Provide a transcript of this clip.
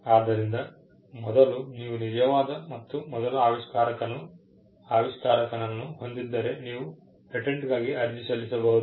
ಆದ್ದರಿಂದ ಮೊದಲು ನೀವು ನಿಜವಾದ ಮತ್ತು ಮೊದಲ ಆವಿಷ್ಕಾರಕನನ್ನು ಹೊಂದಿದ್ದರೆ ನೀವು ಪೇಟೆಂಟ್ಗಾಗಿ ಅರ್ಜಿ ಸಲ್ಲಿಸಬಹುದು